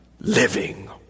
living